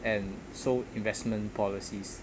and so investment policies